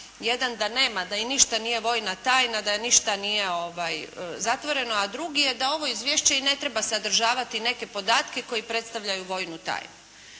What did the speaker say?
jedan da nema, da i ništa nije vojna tajna, da ništa nije zatvoreno, a drugi je da ovo izvješće i ne treba sadržavati neke podatke koji predstavljaju vojnu tajnu.